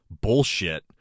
bullshit